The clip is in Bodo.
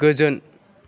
गोजोन